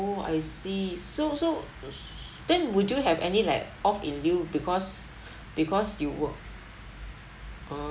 oh I see so so s~ then would you have any like off in lieu because because you work uh